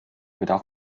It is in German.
bedarf